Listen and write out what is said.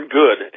good